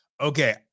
okay